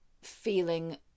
feeling